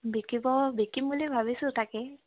বিকিব বিকিম বুলি ভাবিছোঁ তাকে